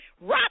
rock